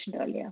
earlier